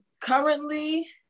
currently